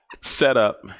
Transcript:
setup